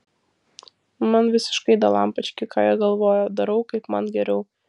man visiškai dalampački ką jie galvoja darau kaip man geriau